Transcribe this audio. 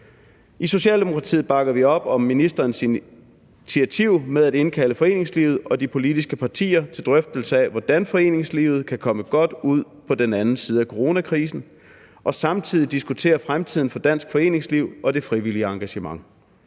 I Socialdemokratiet bakker vi op om ministerens initiativ til at indkalde foreningslivet og de politiske partier til en drøftelse af, hvordan foreningslivet kan komme godt ud på den anden side af coronakrisen, og samtidig diskutere fremtiden for dansk foreningsliv og det frivillige engagement.